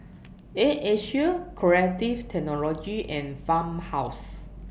Air Asia Creative Technology and Farmhouse